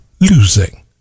losing